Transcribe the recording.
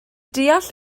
deall